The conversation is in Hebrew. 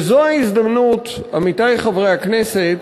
וזו ההזדמנות, עמיתי חברי הכנסת,